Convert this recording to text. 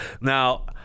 now